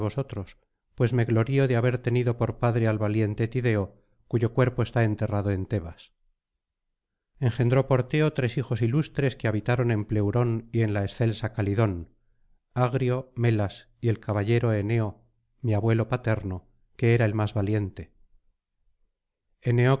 pues me glorío de haber tenido por padre al valiente tideo cuyo cuerpo está enterrado en tebas engendró porteo tres hijos ilustres que habitaron en pleurón y en la excelsa calidón agrio melas y el caballero éneo mi abuelo paterno que era el más valiente